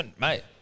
Mate